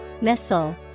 missile